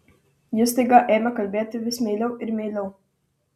ji staiga ėmė kalbėti vis meiliau ir meiliau